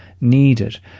needed